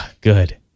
good